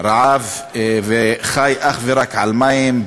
רעב וחי אך ורק על מים,